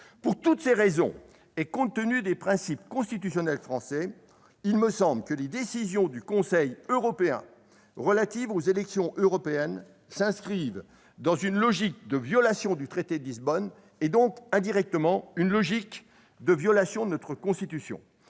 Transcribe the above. Pour toutes ces raisons et compte tenu des principes constitutionnels français, il me semble que les décisions du Conseil relatives aux élections européennes s'inscrivent dans une logique de violation du traité de Lisbonne et, indirectement, de notre Constitution.